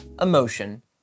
emotion